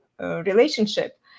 relationship